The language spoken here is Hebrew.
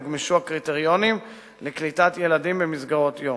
הוגמשו הקריטריונים לקליטת ילדים במסגרות יום.